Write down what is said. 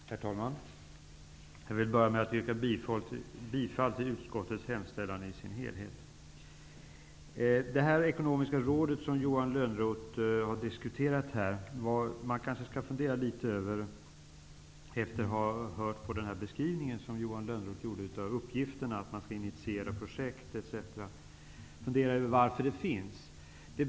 Herr talman! Jag vill börja med att yrka bifall till utskottets hemställan i dess helhet. Johan Lönnroth har här diskuterat det ekonomiska rådet. Efter att ha hört Johan Lönnroths beskrivning av dess uppgifter, att man skall initiera projekt etc., kanske man skall fundera litet över varför det finns.